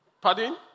Pardon